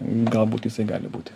galbūt jisai gali būti